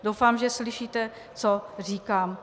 Doufám, že slyšíte, co říkám.